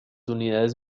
unidades